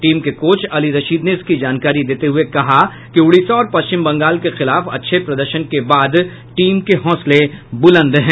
team के coach Ali Rashid ने इसकी जानकारी देते हुए कहा कि उड़ीसा और पश्चिम बंगाल के खिलाफ अच्छे प्रदर्शन के बाद टीम के हौंसले ब्रंलद हैं